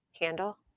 handle